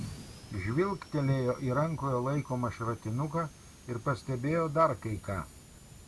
žvilgtelėjo į rankoje laikomą šratinuką ir pastebėjo dar kai ką